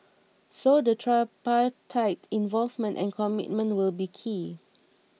so the tripartite involvement and commitment will be key